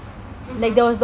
mmhmm